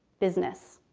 business.